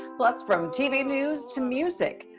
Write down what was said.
plus from tv news, to music.